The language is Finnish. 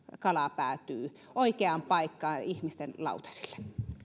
kala päätyy oikeaan paikkaan ihmisten lautasille